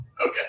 Okay